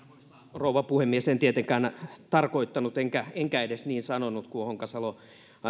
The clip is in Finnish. rouva puhemies en tietenkään tarkoittanut enkä enkä edes niin sanonut kuin honkasalo